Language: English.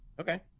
Okay